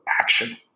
action